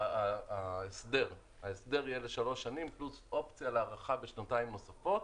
אמר שההסדר יהיה לשלוש שנים פלוס אופציה להארכה בשנתיים נוספות,